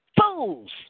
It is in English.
fools